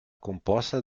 composta